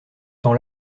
temps